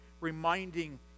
reminding